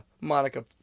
Monica